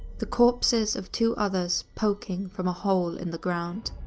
the corpses of two others poking from a hole in the ground.